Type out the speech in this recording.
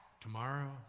tomorrow